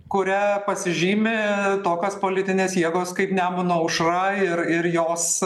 kuria pasižymi tokios politinės jėgos kaip nemuno aušra ir ir jos